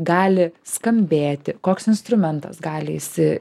gali skambėti koks instrumentas gali įsi